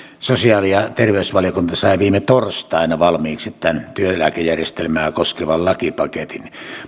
sosiaali ja terveysvaliokunta sai viime torstaina valmiiksi tämän työeläkejärjestelmää koskevan lakipaketin